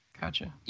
Gotcha